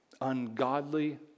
ungodly